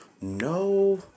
No